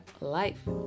life